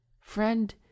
Friend